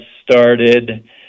started